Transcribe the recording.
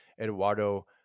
Eduardo